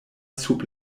sub